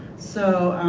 so